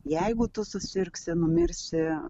jeigu tu susirgsi numirsi